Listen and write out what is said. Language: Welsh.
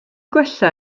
gwella